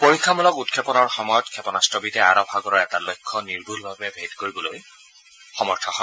পৰীক্ষামূলক উৎক্ষেপনৰ সময়ত ক্ষেপনাস্তবিধে আৰৱ সাগৰৰ এটা লক্ষ্য নিৰ্ভুলভাৱে ভেদ কৰিবলৈ সমৰ্থ হয়